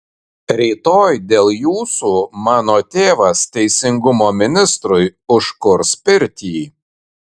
rytoj dėl jūsų mano tėvas teisingumo ministrui užkurs pirtį